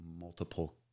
multiple